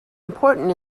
important